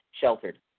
sheltered